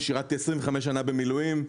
שירתי 25 שנה במילואים,